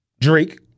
Drake